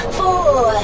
four